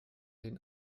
den